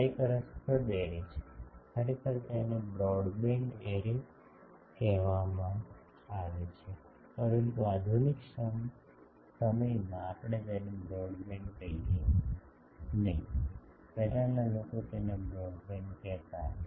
આ એક રસપ્રદ એરે છે ખરેખર તેને બ્રોડબેન્ડ એરે કહેવામાં આવે છે પરંતુ આધુનિક સમયમાં આપણે તેને બ્રોડબેન્ડ કહીએ નહીં પહેલાના લોકો તેને બ્રોડબેન્ડ કહેતા હતા